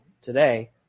today